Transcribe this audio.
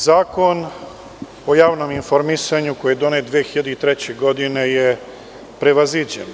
Zakon o javnom informisanju koji je donet 2003. godine je prevaziđen.